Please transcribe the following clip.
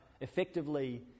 effectively